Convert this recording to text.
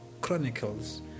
Chronicles